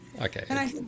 Okay